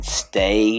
stay